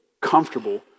comfortable